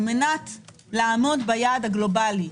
על מנת לעמוד ביעד הגלובלי,